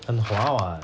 很滑 [what]